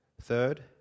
Third